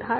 है